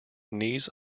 knees